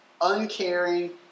uncaring